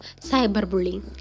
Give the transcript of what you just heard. cyberbullying